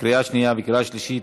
לקריאה שנייה וקריאה שלישית.